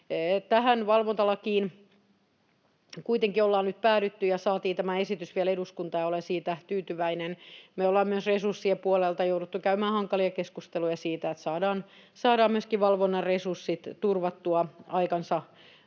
Tähän valvontalakiin kuitenkin ollaan nyt päädytty, ja saatiin tämä esitys vielä eduskuntaan, ja olen siitä tyytyväinen. Me ollaan myös resurssien puolelta jouduttu käymään hankalia keskusteluja siitä, että saadaan myöskin valvonnan resurssit turvattua aikansa